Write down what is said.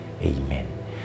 amen